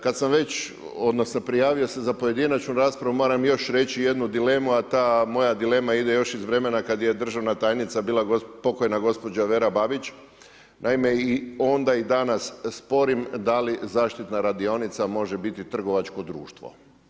Kada sam već, odnosno, prijavio se za pojedinačnu raspravu, moram još reći jednu dilemu, a ta moja dilema ide još iz vremena, kada je državna tajnica bila pokojna gospođa Vera Babić, naime, i onda i danas sporim, da li zaštitna radionica može biti trgovačko društvo.